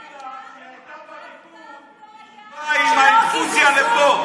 תזכיר לה שכשהיא הייתה בליכוד היא באה עם האינפוזיה לפה.